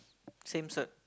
same cert